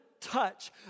touch